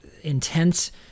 intense